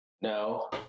No